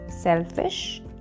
selfish